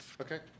okay